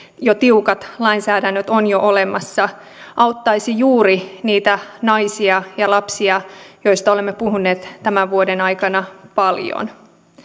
jo tiukat lainsäädännöt olemassa auttaisi juuri niitä naisia ja lapsia joista olemme puhuneet tämän vuoden aikana paljon